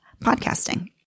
podcasting